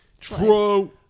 True